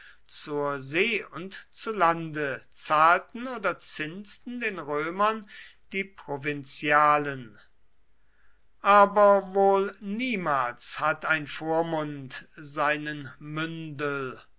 zur see und zu lande zahlten oder zinsten den römern die provinzialen aber wohl niemals hat ein vormund seinen mündel